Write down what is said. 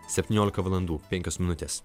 septyniolika valandų penkios minutės